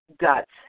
guts